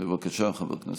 אייכלר.